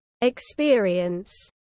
experience